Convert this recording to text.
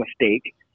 mistake